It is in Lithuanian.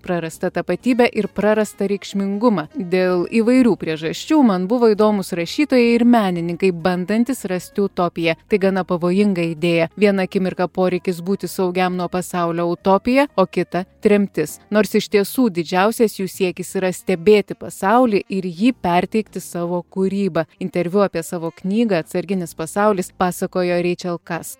prarastą tapatybę ir prarastą reikšmingumą dėl įvairių priežasčių man buvo įdomūs rašytojai ir menininkai bandantys rasti utopiją tai gana pavojinga idėja vieną akimirką poreikis būti saugiam nuo pasaulio utopija o kitą tremtis nors iš tiesų didžiausias jų siekis yra stebėti pasaulį ir jį perteikti savo kūryba interviu apie savo knygą atsarginis pasaulis pasakojo reičel kas